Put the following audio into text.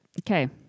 Okay